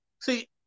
See